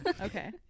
okay